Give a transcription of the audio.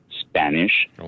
Spanish